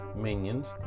minions